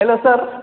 hello sir